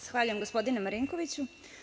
Zahvaljujem, gospodine Marinkoviću.